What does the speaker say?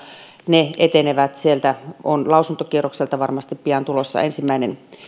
ne etenevät sieltä on lausuntokierrokselta varmasti pian tulossa ensimmäinen